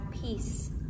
peace